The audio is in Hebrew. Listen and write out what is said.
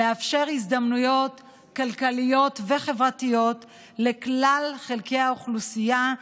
לאפשר הזדמנויות כלכליות וחברתיות לכלל חלקי האוכלוסייה,